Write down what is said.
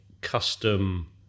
custom